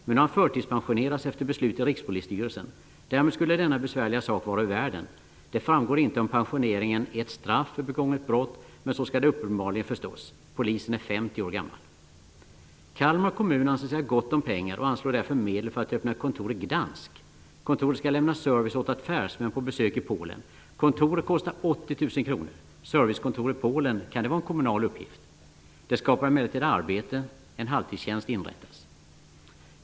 Men nu har han förtidspensionerats efter beslut i Rikspolisstyrelsen. Därmed skulle denna besvärliga sak vara ur världen. Det framgår inte om pensioneringen är ett straff för begånget brott, men så skall det uppenbarligen förstås. Polisen är 50 år gammal. Kalmar kommun anser sig ha gott om pengar och anslår därför medel för att öppna ett kontor i Gdansk. Kontoret skall lämna service åt affärsmän på besök i Polen. Kontoret kostar 80 000 kr. Servicekontor i Polen, kan det vara en kommunal uppgift? Det skapar emellertid arbete, en halvtidstjänst inrättas.